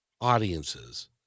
audiences